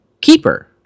keeper